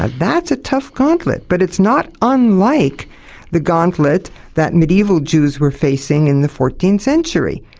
ah that's a tough gauntlet, but it's not unlike the gauntlet that medieval jews were facing in the fourteenth century.